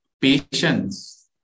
patience